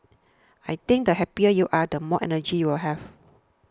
I think the happier you are the more energy you will have